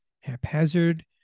haphazard